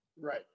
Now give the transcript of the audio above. Right